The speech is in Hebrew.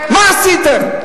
מה עשיתם?